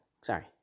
Sorry